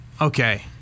Okay